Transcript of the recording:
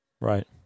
Right